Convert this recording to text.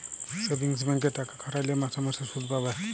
savings ব্যাংকে টাকা খাটাইলে মাসে মাসে সুদ পাবে